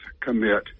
commit